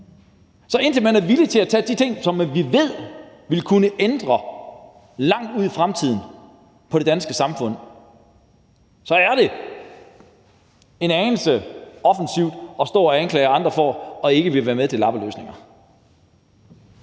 Så indtil man er villig til at gøre de ting, som vi ved vil kunne ændre langt ud i fremtiden på det danske samfund, er det en anelse offensivt at stå og anklage andre for ikke at ville være med til lappeløsninger.